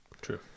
true